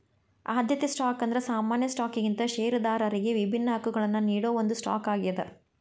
ಆದ್ಯತೆ ಸ್ಟಾಕ್ ಅಂದ್ರ ಸಾಮಾನ್ಯ ಸ್ಟಾಕ್ಗಿಂತ ಷೇರದಾರರಿಗಿ ವಿಭಿನ್ನ ಹಕ್ಕಗಳನ್ನ ನೇಡೋ ಒಂದ್ ಸ್ಟಾಕ್ ಆಗ್ಯಾದ